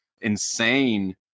insane